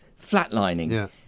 flatlining